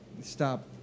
stop